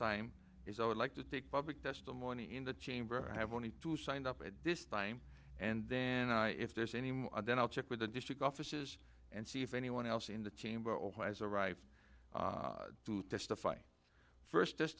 time is i would like to take public testimony in the chamber i have only two signed up at this time and then if there's any more then i'll check with the district offices and see if anyone else in the chamber or who has arrived to testify first